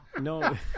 No